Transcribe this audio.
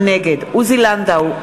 נגד עוזי לנדאו,